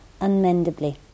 unmendably